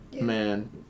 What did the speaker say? Man